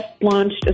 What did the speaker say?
launched